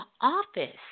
office